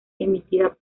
emitida